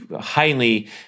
highly